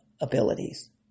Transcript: abilities